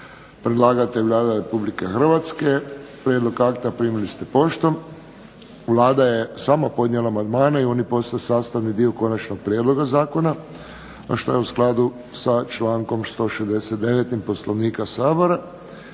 Predlagatelj Vlada Republike Hrvatske. Prijedlog akta primili ste poštom. Vlada je sama podnijela amandmane i oni postaju sastavni dio konačnog prijedloga zakona, a što je u skladu sa člankom 169. Poslovnika Sabora.